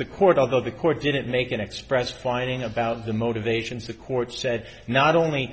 the court although the court didn't make a next yes fighting about the motivations the court said not only